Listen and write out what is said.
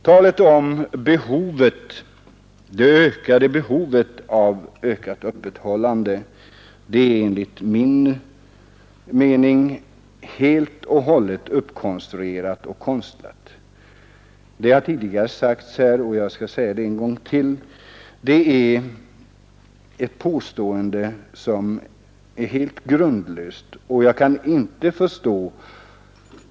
Talet om det ökade behovet av ett längre öppethållande är enligt min mening helt och hållet uppkonstruerat och konstlat. Det har tidigare framhållits, och jag skall säga det en gång till: Det är ett grundlöst påstående!